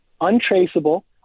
untraceable